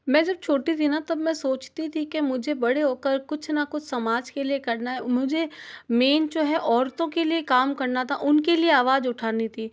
मैं जब छोटी थी ना तब मैं सोचती थी कि मुझे बड़े हो कर कुछ ना कुछ समाज के लिए करना है मुझे मैन जो है औरतों के लिए काम करना था उनके लिए आवाज़ उठानी थी